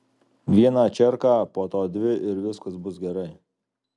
vieną čerką po to dvi ir viskas bus gerai